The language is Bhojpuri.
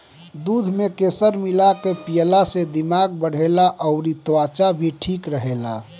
दूध में केसर मिला के पियला से दिमाग बढ़ेला अउरी त्वचा भी ठीक रहेला